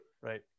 right